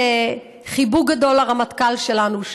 חיבוק גדול לרמטכ"ל שלנו,